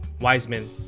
Wiseman